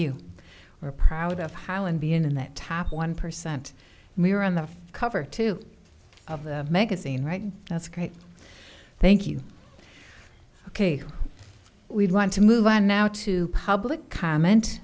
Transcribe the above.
you we're proud of highland being in that top one percent and we're on the cover two of the magazine right that's great thank you ok we want to move on now to public comment